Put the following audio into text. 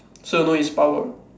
so you know its power